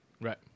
Right